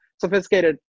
sophisticated